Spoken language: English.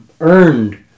earned